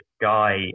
guy